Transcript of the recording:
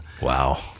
wow